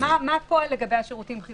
מה הפועל לגבי השירותים החיוניים?